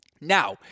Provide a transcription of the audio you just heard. Now